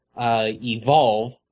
Evolve